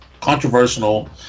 controversial